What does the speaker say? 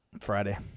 Friday